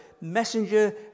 messenger